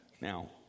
Now